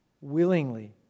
willingly